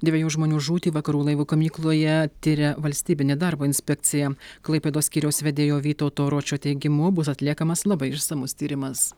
dviejų žmonių žūtį vakarų laivų gamykloje tiria valstybinė darbo inspekcija klaipėdos skyriaus vedėjo vytauto ročio teigimu bus atliekamas labai išsamus tyrimas